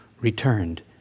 returned